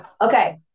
Okay